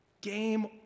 game